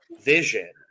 vision